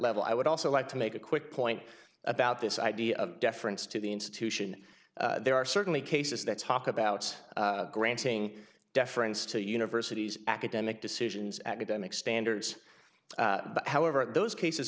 level i would also like to make a quick point about this idea of deference to the institution there are certainly cases that talk about granting deference to universities academic decisions academic standards however those cases